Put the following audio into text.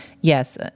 yes